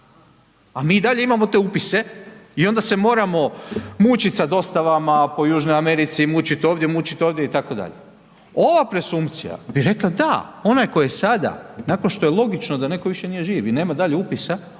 a mi i dalje imamo te upise i onda se moramo mučiti sa dostavama po Južnoj Americi, mučit ovdje, mučit ondje itd. Ova presumpcija bi rekla da, onaj koji je sada nakon što je logično da netko više nije živ i nema dalje upisa,